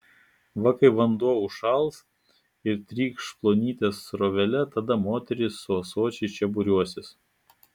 va kai vanduo užšals ir trykš plonyte srovele tada moterys su ąsočiais čia būriuosis